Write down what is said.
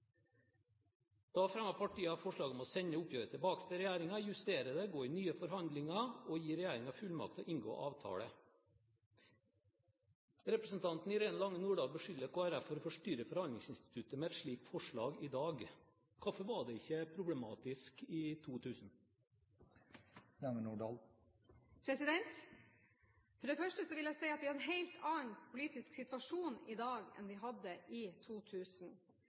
Da fremmet partiene forslag om å sende oppgjøret tilbake til regjeringen, justere det, gå i nye forhandlinger og gi regjeringen fullmakt til å inngå avtale. Representanten Irene Lange Nordahl beskylder Kristelig Folkeparti for å forstyrre forhandlingsinstituttet med et slikt forslag i dag. Hvorfor var det ikke problematisk i 2000? For det første vil jeg si at vi har en helt annen politisk situasjon i dag enn vi hadde i 2000.